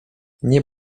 nie